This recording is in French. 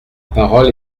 parole